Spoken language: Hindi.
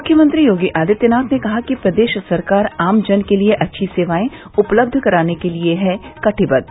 मुख्यमंत्री योगी आदित्यनाथ ने कहा कि प्रदेश सरकार आम जन के लिये अच्छी सेवायें उपलब्ध कराने के लिये है कटिबद्व